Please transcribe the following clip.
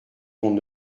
ton